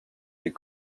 des